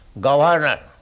governor